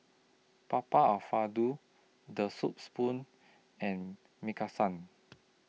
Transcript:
Papa Alfredo The Soup Spoon and Maki San